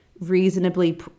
reasonably